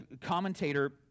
commentator